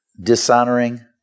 dishonoring